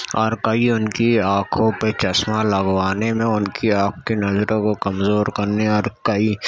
اور کئی ان کی آنکھوں پہ چشمہ لگوانے میں ان کی آنکھ کی نظروں کو کمزور کرنے اور کئی